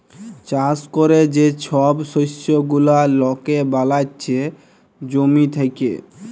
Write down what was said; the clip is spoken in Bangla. চাষ ক্যরে যে ছব শস্য গুলা লকে বালাচ্ছে জমি থ্যাকে